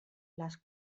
les